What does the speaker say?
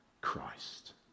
Christ